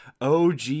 og